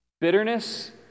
Bitterness